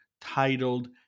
titled